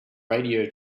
radio